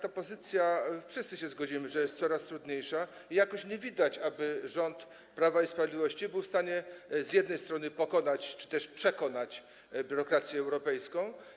Ta pozycja - wszyscy się zgodzimy - jest coraz trudniejsza i jakoś nie widać, aby rząd Prawa i Sprawiedliwości był w stanie z jednej strony pokonać czy też przekonać biurokrację europejską.